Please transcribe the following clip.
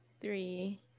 three